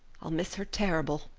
i'll miss her terrible.